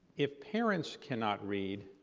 if parents cannot read,